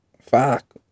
fuck